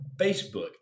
Facebook